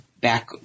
back